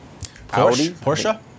Porsche